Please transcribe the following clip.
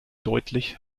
deutlich